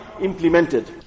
implemented